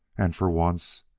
and, for once,